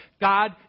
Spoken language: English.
God